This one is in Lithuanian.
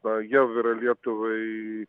va jav yra lietuvai